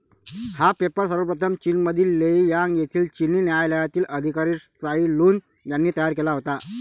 हा पेपर सर्वप्रथम चीनमधील लेई यांग येथील चिनी न्यायालयातील अधिकारी त्साई लुन यांनी तयार केला होता